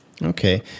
Okay